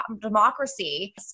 democracy